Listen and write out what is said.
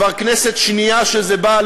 כבר כנסת שנייה שזה עולה.